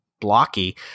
blocky